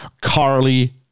Carly